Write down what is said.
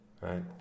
right